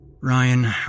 Ryan